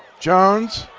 jones,